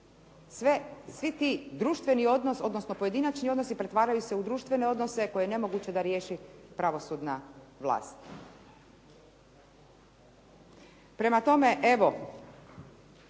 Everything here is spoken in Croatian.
svi ti društveni odnosi, odnosno pojedinačni odnosi pretvaraju se u društvene odnose koje je nemoguće da riješi pravosudna vlast. Prema tome, evo